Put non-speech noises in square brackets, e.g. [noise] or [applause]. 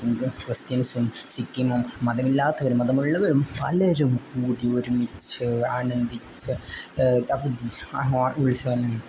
[unintelligible] ക്രിസ്ത്യൻസും സിക്കിമും മതമില്ലാത്തവരും മതമുള്ളവരും പലരും കൂടി ഒരുമിച്ച് ആനന്ദിച്ച് [unintelligible]